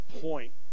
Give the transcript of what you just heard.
point